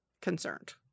concerned